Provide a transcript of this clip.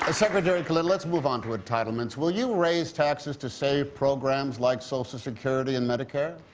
ah secretary let's move on to entitlements. will you raise taxes to save programs like social security and medicare?